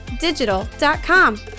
digital.com